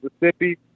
Mississippi